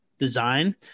design